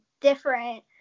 different